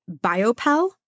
Biopel